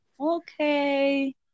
Okay